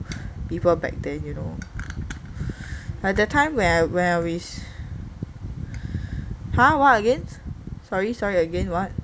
people back then you know like that time when I when I with !huh! what again sorry sorry again what